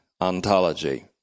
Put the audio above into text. ontology